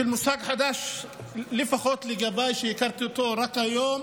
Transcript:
מושג חדש, לפחות אני הכרתי אותו רק היום,